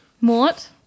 Mort